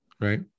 right